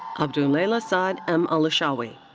abdulelah saad m. almushawi.